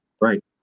right